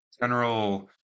general